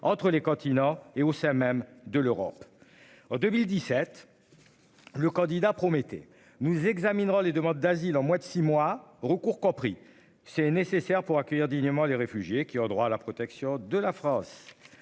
entre les continents et au sein même de l'Europe. En 2017. Le candidat promettait nous examinera les demandes d'asile en mois de 6 mois recours compris c'est nécessaire pour accueillir dignement des réfugiés qui ont droit à la protection de la France.